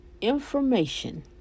information